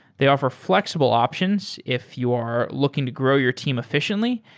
they offer flexible options if you're looking to grow your team efficiently,